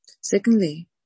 Secondly